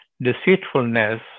deceitfulness